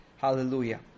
Hallelujah